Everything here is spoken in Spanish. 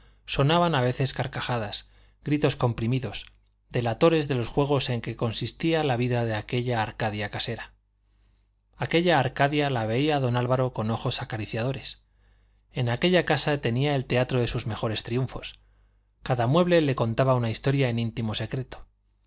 sonaban a veces carcajadas gritos comprimidos delatores de los juegos en que consistía la vida de aquella arcadia casera aquella arcadia la veía don álvaro con ojos acariciadores en aquella casa tenía el teatro de sus mejores triunfos cada mueble le contaba una historia en íntimo secreto